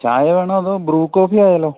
ചായ വേണോ അതൊ ബ്രൂ കോഫി ആയാലോ